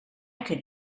could